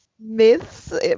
Myths